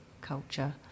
culture